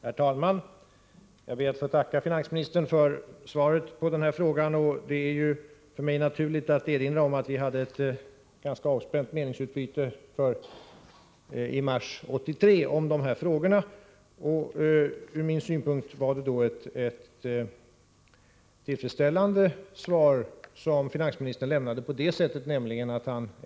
Herr talman! Jag tackar finansministern för svaret på min fråga. Det är för mig naturligt att erinra om att vi hade ett ganska avspänt meningsutbyte i mars 1983 om dessa frågor. Från min synpunkt var det ett tillfredsställande svar som finansministern då lämnade.